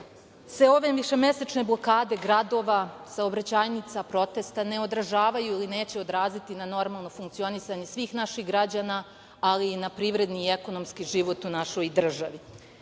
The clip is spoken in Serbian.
se ove višemesečne blokade gradova, saobraćajnica, protesta, ne odražavaju i neće odraziti na normalno funkcionisanje svih naših građana, ali i na privredni i ekonomski život u našoj državi. Zbog